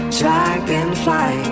dragonfly